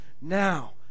now